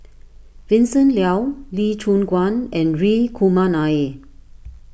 Vincent Leow Lee Choon Guan and Hri Kumar Nair